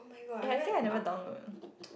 eh I think I never download